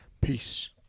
Peace